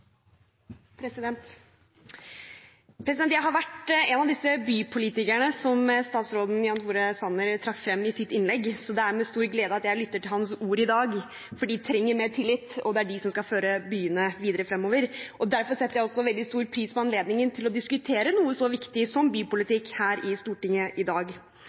Jeg har vært en av disse bypolitikerne som statsråd Jan Tore Sanner trakk frem i sitt innlegg, så det er med stor glede jeg lytter til hans ord i dag, for de trenger mer tillit, og det er de som skal føre byene videre fremover. Derfor setter jeg også veldig stor pris på anledningen til å diskutere noe så viktig som bypolitikk her i Stortinget i dag.